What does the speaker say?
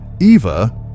Eva